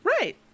right